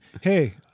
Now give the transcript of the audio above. hey